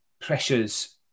pressures